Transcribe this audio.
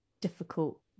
difficult